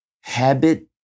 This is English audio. habit